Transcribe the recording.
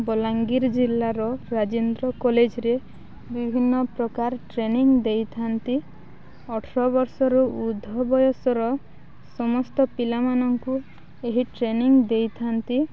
ବଲାଙ୍ଗୀର ଜିଲ୍ଲାର ରାଜେନ୍ଦ୍ର କଲେଜ୍ରେ ବିଭିନ୍ନ ପ୍ରକାର ଟ୍ରେନିଂ ଦେଇଥାନ୍ତି ଅଠର ବର୍ଷରୁ ଉର୍ଦ୍ଧ ବୟସର ସମସ୍ତ ପିଲାମାନଙ୍କୁ ଏହି ଟ୍ରେନିଂ ଦେଇଥାନ୍ତି